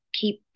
Keep